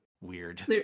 weird